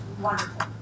wonderful